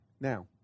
Now